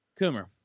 Coomer